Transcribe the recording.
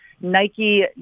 Nike